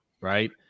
right